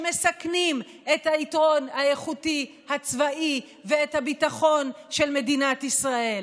שמסכנים את היתרון האיכותי הצבאי ואת הביטחון של מדינת ישראל.